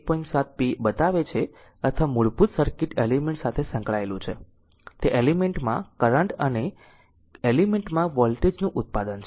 7 p બતાવે છે અથવા મૂળભૂત સર્કિટ એલિમેન્ટ સાથે સંકળાયેલું છે તે એલિમેન્ટ માં કરંટ અને એલિમેન્ટ માં વોલ્ટેજ નું ઉત્પાદન છે